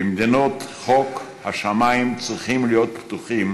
במדינות חוק השמים צריכים להיות פתוחים